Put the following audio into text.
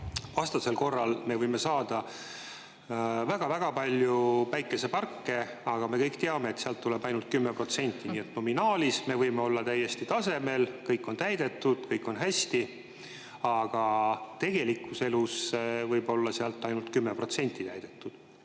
Vastasel korral me võime saada väga-väga palju päikeseparke, aga me kõik teame, et sealt tuleb ainult 10%. Nii et nominaalis me võime olla täiesti tasemel, kõik on täidetud, kõik on hästi, aga tegelikus elus võib olla ainult 10% täidetud.